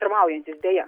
pirmaujantys deja